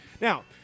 Now